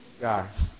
Guys